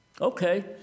Okay